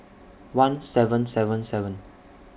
one seven seven seven